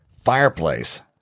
fireplace